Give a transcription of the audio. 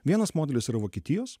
vienas modelis yra vokietijos